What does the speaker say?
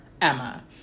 Emma